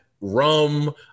rum